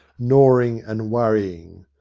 gnawing and worrying.